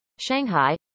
Shanghai